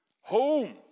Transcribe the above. home